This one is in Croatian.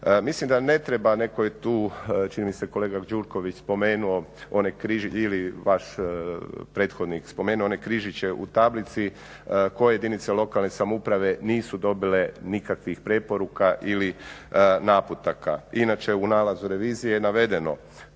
Mislim da ne treba, netko je tu, čini se kolega Gjurković spomenuo ili vaš prethodnik spomenuo one križiće u tablici, koje jedinice lokalne samouprave nisu dobile nikakvih preporuka ili naputaka. Inače u nalazu revizije je navedeno